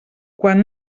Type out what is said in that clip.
quan